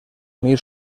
unir